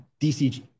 DCG